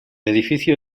edificio